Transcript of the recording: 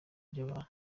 by’abantu